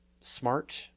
smart